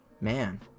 Man